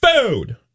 food